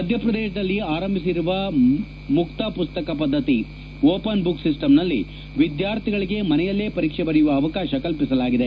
ಮಧ್ಯಪ್ರದೇಶದಲ್ಲಿ ಆರಂಭಿಸಿರುವ ಮುಕ್ತ ಮಸ್ತಕ ಪದ್ಗತಿ ಓಪನ್ ಬುಕ್ ಸಿಸ್ಸಂ ನಲ್ಲಿ ವಿದ್ಗಾರ್ಥಿಗಳಿಗೆ ಮನೆಯಲ್ಲೇ ಪರೀಕ್ಷೆ ಬರೆಯುವ ಅವಕಾಶ ಕಲ್ಪಿಸಲಾಗಿದೆ